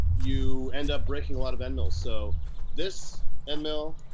you end up breaking a lot of end mills, so this end mill,